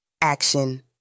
Action